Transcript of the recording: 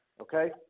okay